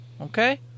Okay